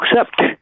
accept